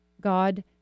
God